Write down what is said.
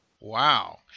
Wow